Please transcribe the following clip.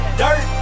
dirt